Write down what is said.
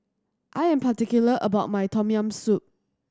I am particular about my Tom Yam Soup